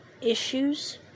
issues